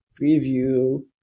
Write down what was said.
preview